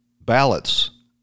ballots